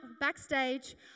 backstage